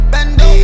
Bando